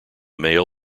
mail